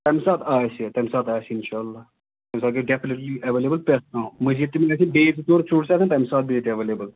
تَمہِ ساتہٕ آسہِ تَمہِ ساتہٕ آسہِ اِنشاء اللہ تَمہِ ساتہٕ گژھِ ڈٮ۪فنِٹلی اٮ۪ویلیبٕل پرٮ۪تھ کانٛہہ مٔزیٖد تِم گژھن بیٚیہِ زٕ ژور فروٗٹٕس آسَن تَمہِ ساتہٕ ییٚتہِ اٮ۪ویلیبٕل